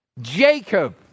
Jacob